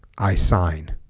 i sign